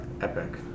Epic